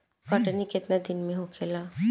कटनी केतना दिन में होखेला?